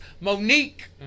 Monique